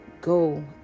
Go